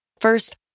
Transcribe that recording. First